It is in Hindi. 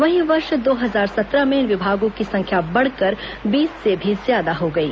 वहीं वर्ष दो हजार सत्रह में इन विभागों की संख्या बढ़कर बीस से भी ज्यादा हो गई है